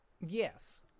Yes